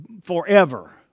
forever